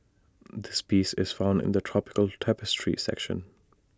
this piece is found in the tropical tapestry section